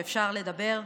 שאפשר לדבר,